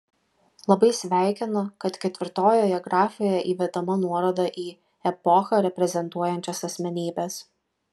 labai sveikinu kad ketvirtojoje grafoje įvedama nuoroda į epochą reprezentuojančias asmenybes